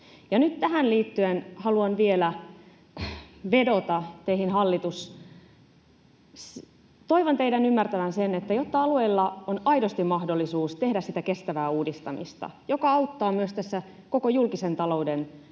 tähän liittyen haluan vielä vedota teihin, hallitus, että toivon teidän ymmärtävän sen, että jotta alueilla on aidosti mahdollisuus tehdä sitä kestävää uudistamista, joka auttaa myös tässä koko julkisen talouden